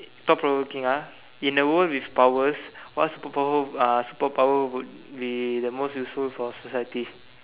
thought provoking ah in the world with powers what super power uh super power would be the most useful for society